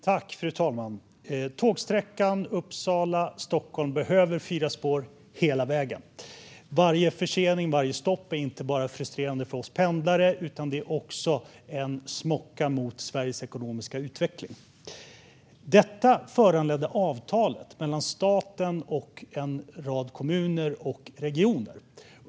Fru talman! Tågsträckan Uppsala-Stockholm behöver fyra spår hela vägen. Varje försening, varje stopp, är inte bara frustrerande för oss pendlare utan är också en smocka mot Sveriges ekonomiska utveckling. Detta föranledde avtalet mellan staten och en rad kommuner och regioner.